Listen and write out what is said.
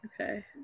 Okay